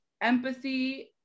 empathy